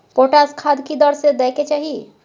Potash खाद की दर से दै के चाही?